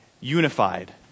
unified